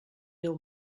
déu